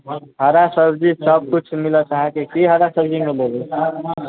हरासब्जी सबकिछु मिलत अहाँके कि हरासब्जी मे अहाँ बोलु